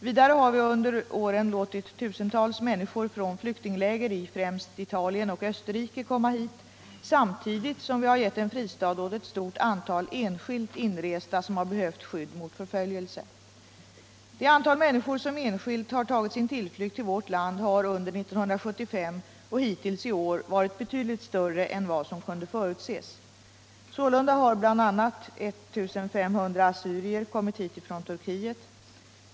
Vidare har vi under åren låtit tusentals människor från flyktingläger i främst Italien och Österrike komma hit samtidigt som vi har gett en fristad åt ett stort antal enskilt inresta som har behövt skydd mot förföljelse. Det antal minniskor som enskilt har tagit sin tillflykt vill vårt land har under 1975 och hittills i år varit betydligt större än vad som kunde förutses. Sålunda har bl.a. 1500 assyrier kommit hit från Turkiet.